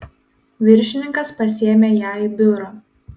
viršininkas pasiėmė ją į biurą